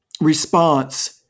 response